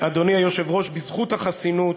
אדוני היושב-ראש, שבזכות החסינות,